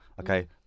okay